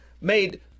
made